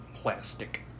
Plastic